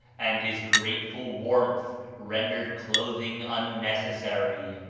and his grateful warmth rendered clothing unnecessary.